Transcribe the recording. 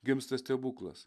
gimsta stebuklas